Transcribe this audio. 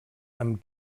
amb